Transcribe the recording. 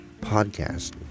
podcast